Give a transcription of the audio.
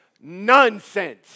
nonsense